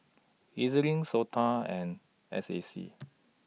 E Z LINK Sota and S A C